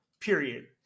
period